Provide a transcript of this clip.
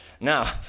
Now